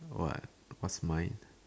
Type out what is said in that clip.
what what's mine